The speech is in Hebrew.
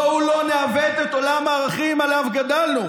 בואו לא נעוות את עולם הערכים שעליו גדלנו.